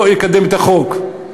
לא אקדם את החוק.